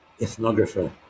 ethnographer